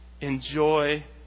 enjoy